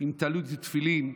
עם טלית ותפילין,